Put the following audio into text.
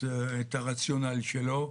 את הרציונל שלו.